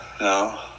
No